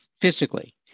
physically